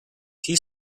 tea